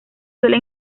suele